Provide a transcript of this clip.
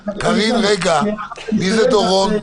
דורון,